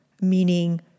meaning